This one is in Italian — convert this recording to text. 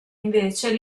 invece